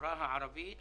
בחברה הערבית